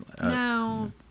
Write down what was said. No